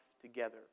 together